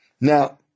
Now